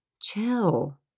chill